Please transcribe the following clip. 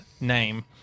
name